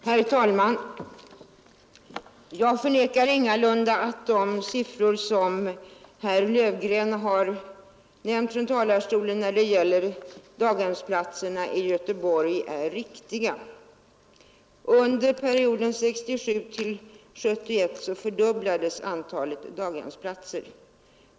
Herr talman! Jag förnekar ingalunda att de siffror som herr Löfgren har nämnt från talarstolen när det gäller daghemsplatserna i Göteborg är riktiga. Under perioden 1967-1971 fördubblades antalet daghemsplatser.